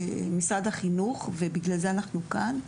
למשרד החינוך, ובגלל זה אנחנו כאן.